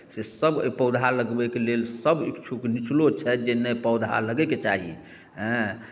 सेसभ अइ पौधा लगबैके लेल सभ इच्छुक निचलो छथि जे नहि पौधा लगैके चाही हँ